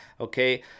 okay